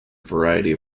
variety